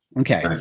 Okay